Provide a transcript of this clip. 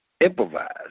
improvise